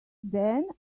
then